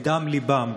מדם ליבם,